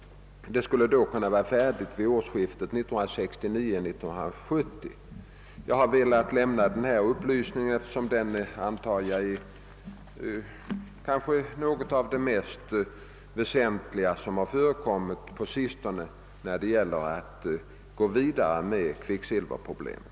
Resultatet skulle då kunna föreligga vid årsskiftet 1969 —L1970. Jag har velat lämna denna upplysning eftersom jag antar att vad jag här talat om kanske är något av det mest väsentliga som har förekommit på sistone när det gäller att komma till rätta med kvicksilverproblemet.